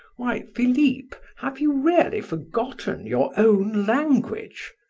why, philip, have you really forgotten your own language?